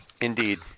Indeed